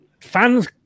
fans